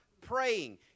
praying